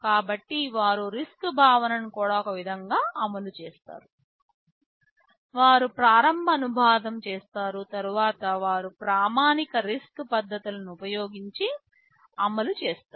కాబట్టి వారు RISC భావనను కూడా ఒక విధంగా అమలు చేస్తారు వారు ప్రారంభ అనువాదం చేస్తారు తరువాత వారు ప్రామాణిక RISC పద్ధతులను ఉపయోగించి అమలు చేస్తారు